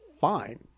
fine